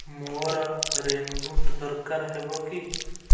ମୋର rain boot ଦରକାର ହେବ କି